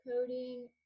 coding